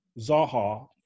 Zaha